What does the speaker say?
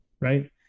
Right